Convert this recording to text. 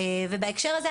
בהקשר הזה,